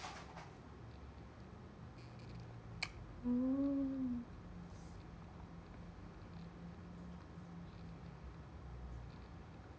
mm